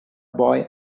boy